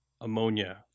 ammonia